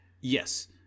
Yes